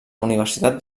universitat